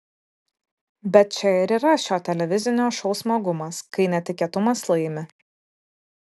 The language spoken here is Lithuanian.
bet čia ir yra šio televizinio šou smagumas kai netikėtumas laimi